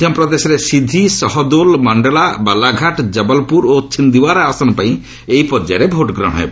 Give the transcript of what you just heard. ମଧ୍ୟପ୍ରଦେଶରେ ସିଦ୍ଧି ସହଦୋଲ୍ ମଣ୍ଡଲା ବଲାଘାଟ୍ ଜ ୍ବଲପୁର ଓ ଛିନ୍ଦ୍ୱାରା ଆସନପାଇଁ ଏହି ପର୍ଯ୍ୟାୟରେ ଭୋଟ୍ଗ୍ରହଣ ହେବ